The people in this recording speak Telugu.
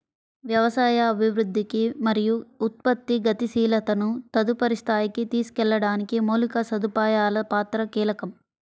వ్యవసాయ అభివృద్ధికి మరియు ఉత్పత్తి గతిశీలతను తదుపరి స్థాయికి తీసుకెళ్లడానికి మౌలిక సదుపాయాల పాత్ర కీలకం